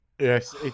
Yes